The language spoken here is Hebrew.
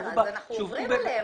לכן עכשיו אנחנו עוברים עליהם.